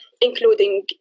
including